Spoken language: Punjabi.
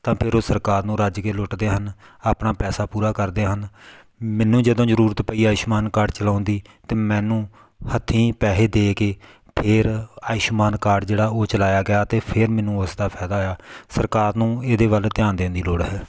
ਤਾਂ ਫਿਰ ਉਹ ਸਰਕਾਰ ਨੂੰ ਰੱਜ ਕੇ ਲੁੱਟਦੇ ਹਨ ਆਪਣਾ ਪੈਸਾ ਪੂਰਾ ਕਰਦੇ ਹਨ ਮੈਨੂੰ ਜਦੋਂ ਜ਼ਰੂਰਤ ਪਈ ਆਯੁਸ਼ਮਾਨ ਕਾਰਡ ਚਲਾਉਣ ਦੀ ਤਾਂ ਮੈਨੂੰ ਹੱਥੀਂ ਪੈਸੇ ਦੇ ਕੇ ਫਿਰ ਆਯੁਸ਼ਮਾਨ ਕਾਰਡ ਜਿਹੜਾ ਉਹ ਚਲਾਇਆ ਗਿਆ ਤਾਂ ਫਿਰ ਮੈਨੂੰ ਉਸਦਾ ਫ਼ਾਇਦਾ ਹੋਇਆ ਸਰਕਾਰ ਨੂੰ ਇਹਦੇ ਵੱਲ ਧਿਆਨ ਦੇਣ ਦੀ ਲੋੜ ਹੈ